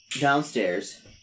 downstairs